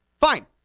Fine